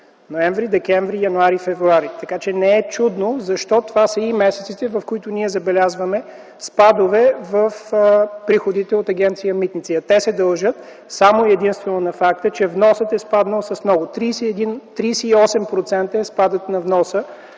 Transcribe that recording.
ноември, декември, януари и февруари. Така че не е чудно защо това са и месеците, в които ние забелязваме спадове в приходите от Агенция „Митници”. Те се дължат единствено и само на факта, че вносът е спаднал с много – 38% е спадът на вноса